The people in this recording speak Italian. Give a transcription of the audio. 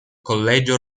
collegio